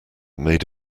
made